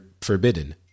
forbidden